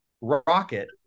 rocket